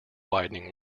widening